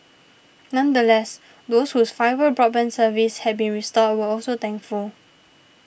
nonetheless those whose fibre broadband service had been restored were also thankful